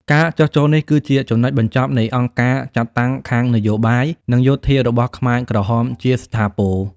ការចុះចូលនេះគឺជាចំណុចបញ្ចប់នៃអង្គការចាត់តាំងខាងនយោបាយ និងយោធារបស់ខ្មែរក្រហមជាស្ថាពរ។